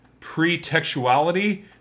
pretextuality